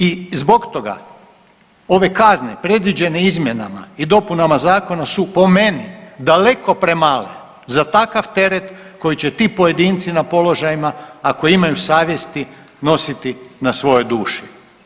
I zbog toga ove kazne predviđene izmjenama i dopunama i zakona su po meni daleko premale za takav teret koji će ti pojedinci na položajima, ako imaju savjesti nositi na svojoj duši.